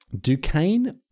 Duquesne